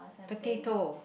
potato